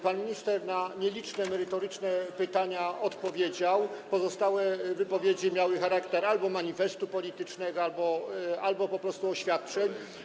Pan minister na nieliczne merytoryczne pytania odpowiedział, pozostałe wypowiedzi miały charakter albo manifestu politycznego, albo po prostu oświadczeń.